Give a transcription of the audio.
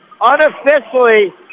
unofficially